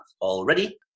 already